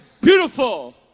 beautiful